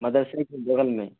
مدرسے کی بغل میں